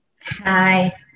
Hi